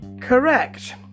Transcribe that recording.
correct